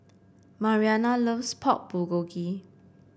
Mariana loves Pork Bulgogi